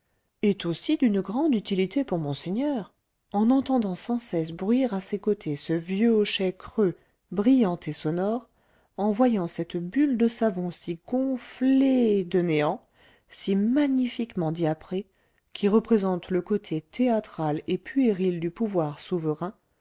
est aussi d'une grande utilité pour monseigneur en entendant sans cesse bruire à ses côtés ce vieux hochet creux brillant et sonore en voyant cette bulle de savon si gonflée de néant si magnifiquement diaprée qui représente le côté théâtral et puéril du pouvoir souverain